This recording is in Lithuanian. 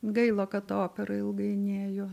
gaila kad ta opera ilgai nėjo